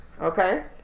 Okay